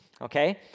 okay